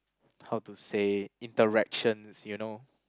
how to say interactions you know